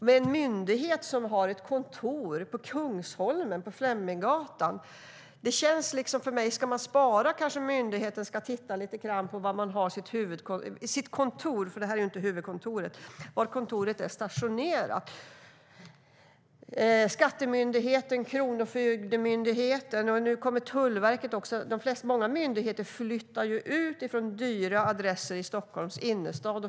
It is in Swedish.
Om en myndighet som har sitt kontor på Fleminggatan på Kungsholmen ska spara borde kanske myndigheten se över var kontoret är lokaliserat. Skattemyndigheten, Kronofogdemyndigheten och nu också Tullverket ska flytta ut från dyra adresser i Stockholms innerstad.